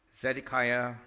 Zedekiah